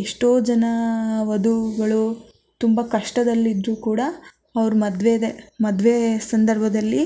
ಎಷ್ಟೋ ಜನ ವಧುಗಳು ತುಂಬ ಕಷ್ಟದಲ್ಲಿದ್ದರೂ ಕೂಡ ಅವರ ಮದ್ವೆದೆ ಮದುವೆ ಸಂದರ್ಭದಲ್ಲಿ